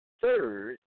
third